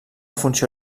funció